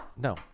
No